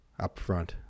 upfront